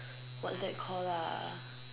don't know what's that call lah